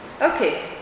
Okay